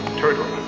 turtle.